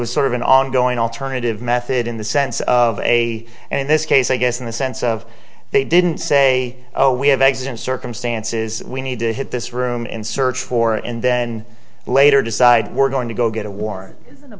was sort of an ongoing alternative method in the sense of a and in this case i guess in the sense of they didn't say oh we have exit circumstances we need to hit this room and search for it and then later decide we're going to go get a war